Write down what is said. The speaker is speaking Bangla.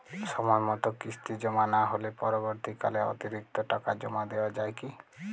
সময় মতো কিস্তি জমা না হলে পরবর্তীকালে অতিরিক্ত টাকা জমা দেওয়া য়ায় কি?